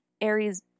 Aries